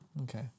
okay